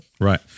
Right